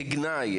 כגנאי,